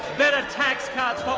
better tax cuts